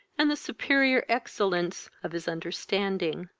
and the superior excellence of his understanding.